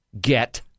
get